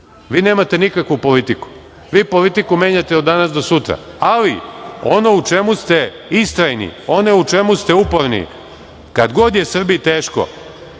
Vi nemate nikakvu politiku. Vi politiku menjate od danas do sutra, ali ono u čemu ste istrajni, ono u čemu ste uporni, kad god je Srbiji teško